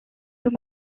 sous